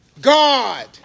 God